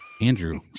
andrew